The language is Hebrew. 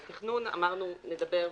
על תכנון אמרנו נדבר,